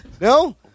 No